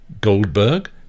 Goldberg